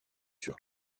sur